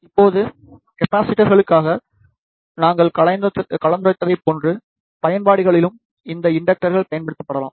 இப்போது கப்பாசிட்டர்ஸ்களுக்காக நாங்கள் கலந்துரைத்ததைப் போன்ற பயன்பாடுகளிலும் இந்த இண்டக்டர்கள் பயன்படுத்தப்படலாம்